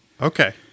okay